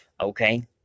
Okay